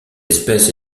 espèce